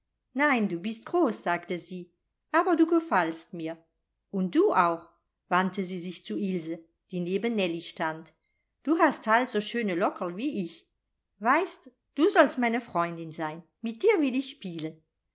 nein du bist groß sagte sie aber du gefallst mir und du auch wandte sie sich zu ilse die neben nellie stand du hast halt so schöne lockerl wie ich weißt du sollst meine freundin sein mit dir will ich spielen